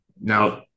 now